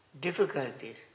difficulties